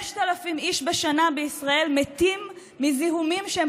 5,000 איש בשנה בישראל מתים מזיהומים שהם